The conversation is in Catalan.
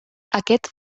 aquest